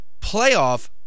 playoff